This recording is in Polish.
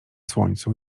słońcu